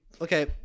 okay